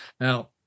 Now